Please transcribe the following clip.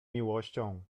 miłością